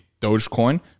Dogecoin